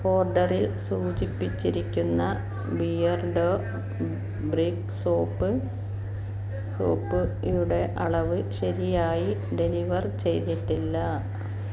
ഓർഡറിൽ സൂചിപ്പിച്ചിരിക്കുന്ന Beardo brick soap soap യുടെ അളവ് ശരിയായി ഡെലിവർ ചെയ്തിട്ടില്ല